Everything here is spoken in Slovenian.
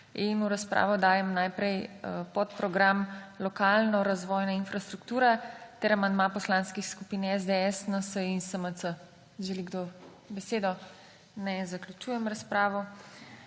In v razpravo dajem najprej podprogram Lokalno-razvojna infrastruktura ter amandma poslanskih skupin SDS, NSi in SMC. Želi kdo besedo? Ne. Zaključujem razpravo.